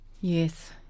Yes